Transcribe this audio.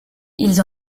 ils